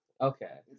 Okay